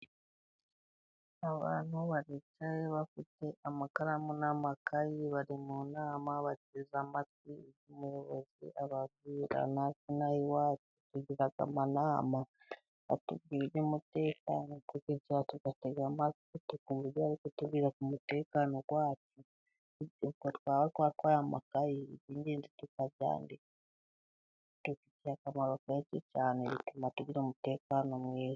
Abantu bicaye bafite amakaramu n'amakayi bari mu nama, bateze amatwi ibyo umuyobozi ababwira. Natwe ino aha iwacu tugira amanama atubwira iby'umutekano, tukicara tugatega amatwi tukumva ibyo bari kutubwira ku mutekano wacu, nuko twaba twatwaye amakayi iby'ingenzi tukabyandika, bidufitiye akamaro kenshi cyane bituma tugira umutekano mwiza.